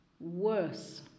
worse